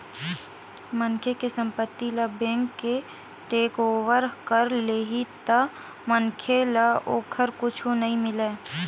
मनखे के संपत्ति ल बेंक ह टेकओवर कर लेही त मनखे ल ओखर कुछु नइ मिलय